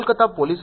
Kolkata police